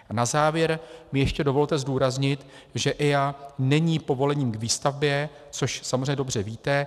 A na závěr mi ještě dovolte zdůraznit, že EIA není povolením k výstavbě, což samozřejmě dobře víte.